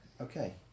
Okay